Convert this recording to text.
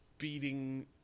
beating